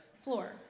floor